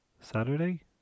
Saturday